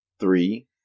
Three